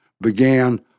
began